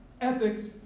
ethics